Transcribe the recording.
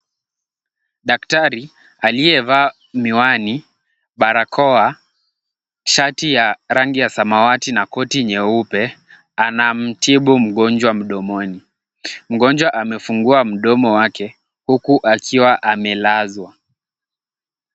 Daktari aliyevaa miwani, barakoa, shati ya rangi ya samawati na koti nyeupe anamtibu mgonjwa mdomoni. Mgonjwa amefungua mdomo wake huku akiwa amelazwa.